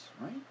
Right